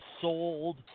sold